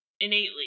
innately